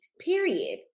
period